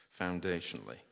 Foundationally